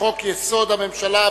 לחוק-יסוד: הממשלה,